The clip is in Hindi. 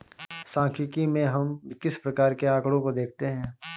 सांख्यिकी में हम किस प्रकार के आकड़ों को देखते हैं?